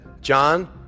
John